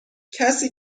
کسی